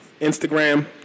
Instagram